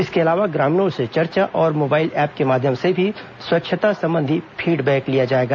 इसके अलावा ग्रामीणों से चर्चा और मोबाइल ऐप के माध्यम से भी स्वच्छता संबंधी फीडबैक लिया जाएगा